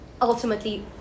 ultimately